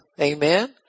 Amen